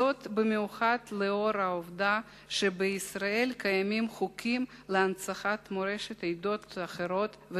זאת במיוחד לאור העובדה שבישראל קיימים חוקים להנצחת מורשת עדות אחרות,